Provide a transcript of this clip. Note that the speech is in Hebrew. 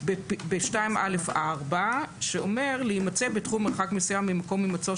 בסעיף 2א(4) שאומר "להימצא בתחום מרחק מסוים ממקום הימצאו